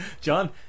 John